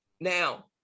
Now